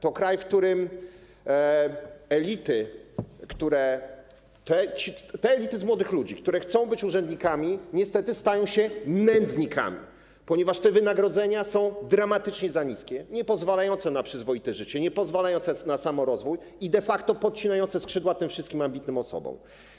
To kraj, w którym elity złożone z młodych ludzi, którzy chcą być urzędnikami, niestety stają się nędznikami, ponieważ te wynagrodzenia są dramatycznie za niskie, niepozwalające na przyzwoite życie, niepozwalające na samorozwój i de facto podcinające skrzydła tym wszystkim ambitnym osobom.